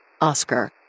Oscar